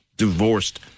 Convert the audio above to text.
Divorced